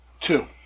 Two